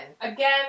Again